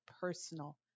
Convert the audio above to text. personal